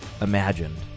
imagined